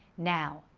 now,